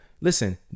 Listen